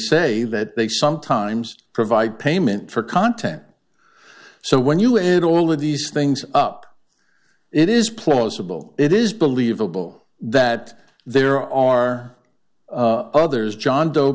say that they sometimes provide payment for content so when you add all of these things up it is plausible it is believable that there are others john doe